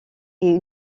est